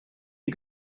you